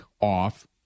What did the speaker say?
off